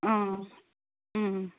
অঁ